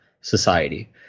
society